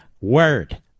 word